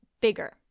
bigger